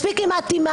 מספיק עם האטימה,